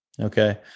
Okay